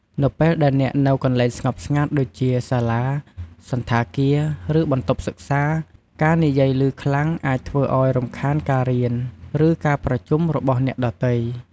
នៅពេលដែលអ្នកនៅកន្លែងស្ងប់ស្ងាត់ដូចជាសាលា សណ្ឋាគារ ឬ បន្ទប់សិក្សា ការនិយាយឮខ្លាំងអាចធ្វើឲ្យរំខានការរៀន ឬ ការប្រជុំរបស់អ្នកដទៃ។